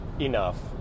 Enough